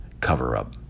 cover-up